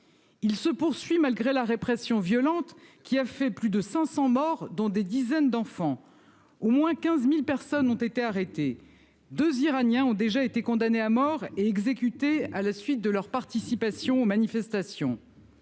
Il se poursuit malgré la répression violente qui a fait plus de 500 morts, dont des dizaines d'enfants. Au moins 15.000 personnes ont été arrêtées. 2 Iraniens ont déjà été condamnés à mort et exécuté à la suite de leur participation aux manifestations.